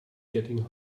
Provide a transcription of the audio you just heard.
getting